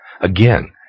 Again